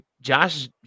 Josh